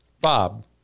Bob